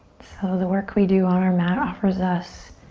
so the work we do on our mat offers us